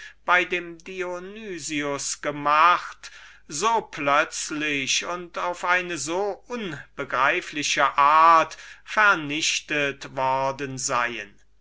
bei dem dionys gemacht so plötzlich und auf eine so unbegreifliche art vernichtet worden in